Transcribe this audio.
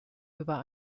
über